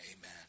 Amen